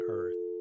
earth